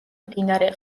მდინარე